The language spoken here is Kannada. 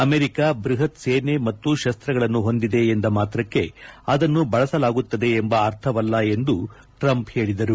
ಅಮೆರಿಕ ಬ್ವಹತ್ ಸೇನೆ ಮತ್ತು ಶಸ್ತ್ರಗಳನ್ನು ಹೊಂದಿದೆ ಎಂಬ ಮಾತ್ರಕ್ಕೆ ಅದನ್ನು ಬಳಸಲಾಗುತ್ತದೆ ಎಂಬ ಅರ್ಥವಲ್ಲ ಎಂದೂ ಟ್ರಂಪ್ ಹೇಳಿದರು